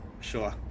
Sure